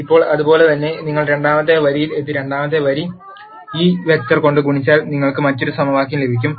ഇപ്പോൾ അതുപോലെ തന്നെ നിങ്ങൾ രണ്ടാമത്തെ വരിയിൽ എത്തി രണ്ടാമത്തെ വരി ഈ വെക്റ്റർ കൊണ്ട് ഗുണിച്ചാൽ നിങ്ങൾക്ക് മറ്റൊരു സമവാക്യം ലഭിക്കും